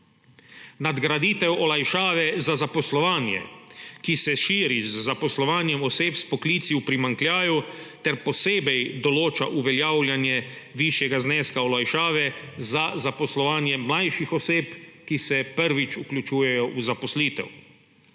nadgraditev olajšave za zaposlovanje, ki se širi z zaposlovanjem oseb s poklici v primanjkljaju ter posebej določa uveljavljanje višjega zneska olajšave za zaposlovanje mlajših oseb, ki se prvič vključujejo v zaposlitev;